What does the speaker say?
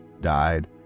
died